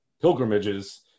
pilgrimages